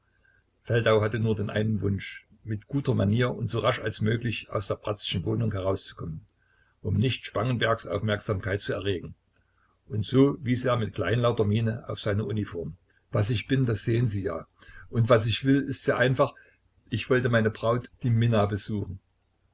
feldau hatte nur den einen wunsch mit guter manier und so rasch als möglich aus der bratzschen wohnung herauszukommen um nicht spangenbergs aufmerksamkeit zu erregen und so wies er mit kleinlauter miene auf seine uniform was ich bin das sehen sie ja und was ich will ist sehr einfach ich wollte meine braut die minna besuchen